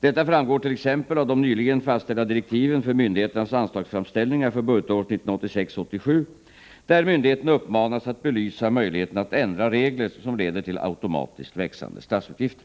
Detta framgår t.ex. av de nyligen fastställda direktiven för myndigheternas anslagsframställningar för budgetåret 1986/87 där myndig heterna uppmanas att belysa möjligheterna att ändra regler som leder till automatiskt växande statsutgifter.